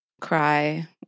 cry